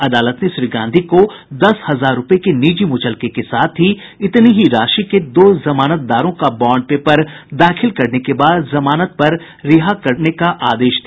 अदालत ने श्री गांधी को दस हजार रूपये के निजी मुचलके के साथ ही इतनी ही राशि के दो जमानतदारों का बॉण्ड पेपर दाखिल करने के बाद जमानत पर रिहा किये जाने का आदेश दिया